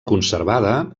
conservada